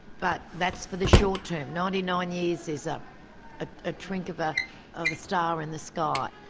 but that's for the short term. ninety nine years is um ah a twinkle of ah of a star in the sky.